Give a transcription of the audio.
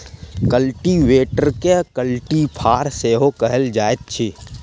कल्टीवेटरकेँ कल्टी फार सेहो कहल जाइत अछि